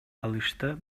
алышты